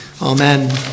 Amen